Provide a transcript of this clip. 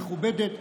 מכובדת,